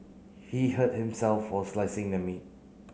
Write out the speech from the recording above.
he hurt himself while slicing the meat